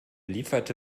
lieferte